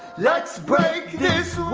let's break this